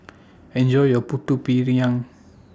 Enjoy your Putu Piring